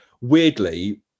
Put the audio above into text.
weirdly